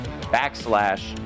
backslash